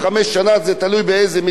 עובדי בניין גם כן,